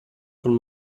von